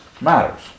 matters